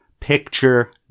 Picture